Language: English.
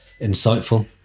insightful